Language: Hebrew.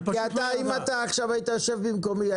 כי אם אתה עכשיו היית יושב במקומי,